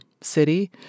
city